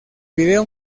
vídeo